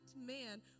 man